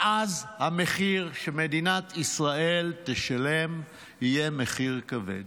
ואז המחיר שמדינת ישראל תשלם יהיה מחיר כבד,